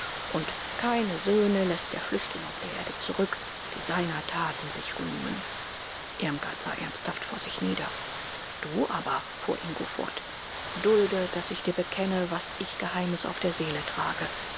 und keine söhne läßt der flüchtling auf der erde zurück die seiner taten sich rühmen irmgard sah ernsthaft vor sich nieder du aber fuhr ingo fort dulde daß ich dir bekenne was ich geheimes auf der seele trage